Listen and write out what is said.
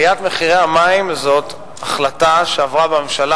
עליית מחירי המים זאת החלטה שעברה בממשלה